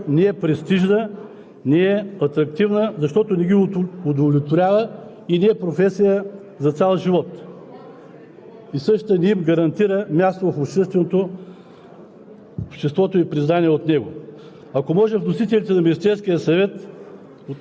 Вместо да се бият на входа на формированията за предложената от управляващите военна служба, младите хора бягат от нея, защото не е престижна, не е атрактивна, защото не ги удовлетворява и не е професия за цял живот,